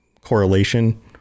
correlation